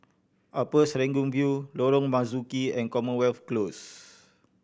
Upper Serangoon View Lorong Marzuki and Commonwealth Close